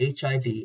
HIV